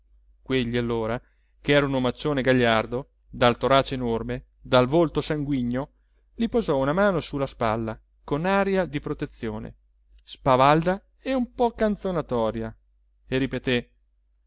quegli allora ch'era un omaccione gagliardo dal torace enorme dal volto sanguigno gli posò una mano su la spalla con aria di protezione spavalda e un po canzonatoria e ripeté